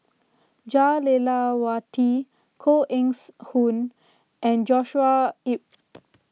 Jah Lelawati Koh Eng Hoon and Joshua Ip